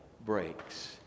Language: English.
breaks